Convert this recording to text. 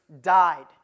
died